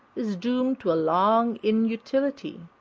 is doomed to a long inutility.